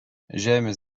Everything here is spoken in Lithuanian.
žemės